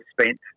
spent